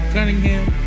Cunningham